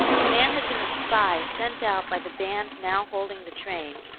the man had been a spy sent out by the band now holding the train,